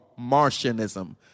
Martianism